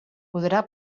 podrà